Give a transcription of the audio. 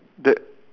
that